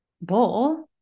bowl